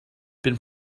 bin